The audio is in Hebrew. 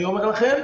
אני אומר לכם.